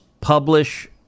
publish